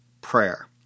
prayer